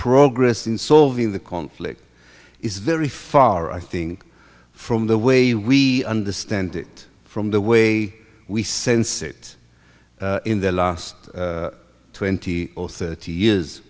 progress in solving the conflict is very far i think from the way we understand it from the way we sense it in the last twenty or thirty years